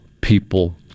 people